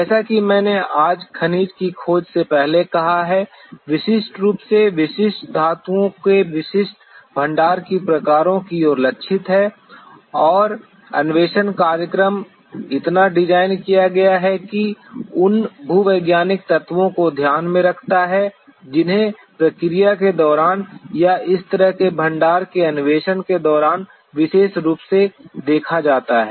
जैसा कि मैंने आज खनिज की खोज से पहले कहा है विशिष्ट रूप से विशिष्ट धातुओं के विशिष्ट भंडार की प्रकारों की ओर लक्षित है और अन्वेषण कार्यक्रम इतना डिज़ाइन किया गया है कि यह उन भूवैज्ञानिक तत्वों को ध्यान में रखता है जिन्हें प्रक्रिया के दौरान या इस तरह के भंडार के अन्वेषण के दौरान विशेष रूप से देखा जाता है